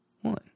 one